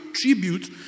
tribute